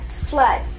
Flood